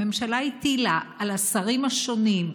הממשלה הטילה על השרים השונים,